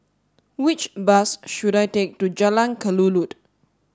which bus should I take to Jalan Kelulut